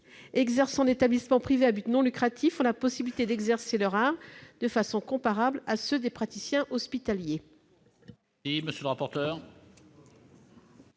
exerçant en établissement privé à but non lucratif auront la possibilité d'exercer leur art de façon comparable aux praticiens hospitaliers.